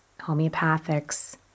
homeopathics